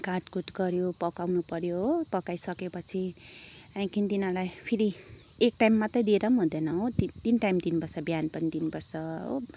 काटकुट गऱ्यो पकाउनु पऱ्यो हो पकाइ सकेपछि त्यहाँदेखि तिनीहरूलाई फेरि एक टाइम मात्रै दिएर नि हुँदैन हो तिन तिन टाइम दिनुपर्छ बिहान पनि दिनुपर्छ हो